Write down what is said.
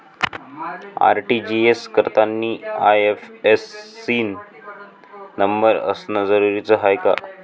RTGS करतांनी IFSC न number असनं जरुरीच हाय का?